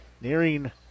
nearing